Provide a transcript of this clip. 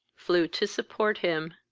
flew to support him.